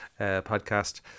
podcast